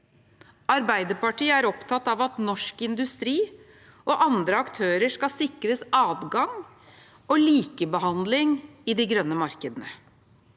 Arbeiderpartiet er opptatt av at norsk industri og andre aktører skal sikres adgang og likebehandling i de grønne markedene.